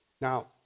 Now